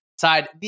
side